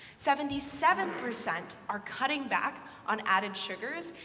seventy seven percent are cutting back on added sugars,